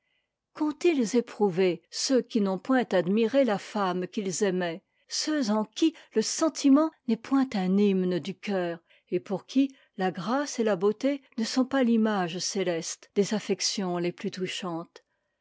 cœur qu'ont-ils éprouvé ceux qui n'ont point admiré la femme qu'ils aimaient ceux en qui le sentiment n'est point un hymne du cœur et pour qui la grâce et la beauté ne sont pas l'image céleste des affections les plus touchantes